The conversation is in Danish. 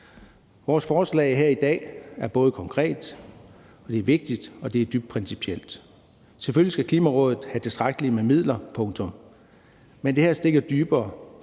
Vores forslag her i dag er både konkret og vigtigt, og det er dybt principielt. Selvfølgelig skal Klimarådet have tilstrækkelig med midler. Men det her stikker dybere;